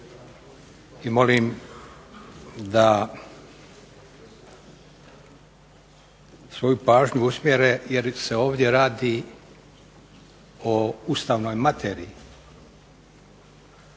i molim da svoju pažnju usmjere jer se ovdje radi o ustavnoj materiji,